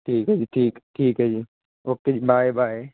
ਠੀਕ ਹੈ ਜੀ ਠੀਕ ਠੀਕ ਹੈ ਜੀ ਓਕੇ ਜੀ ਬਾਏ ਬਾਏ